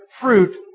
fruit